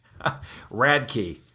Radkey